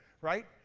right